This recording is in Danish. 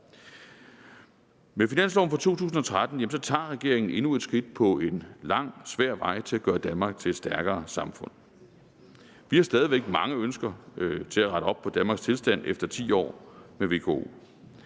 Med finansloven for 2013 tager regeringen endnu et skridt på en lang og svær vej til at gøre Danmark til et stærkere samfund. Vi har stadig væk mange ønsker til at rette op på Danmarks tilstand efter 10 år med VKO.